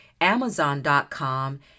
Amazon.com